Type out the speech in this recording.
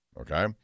okay